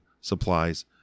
supplies